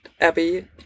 Abby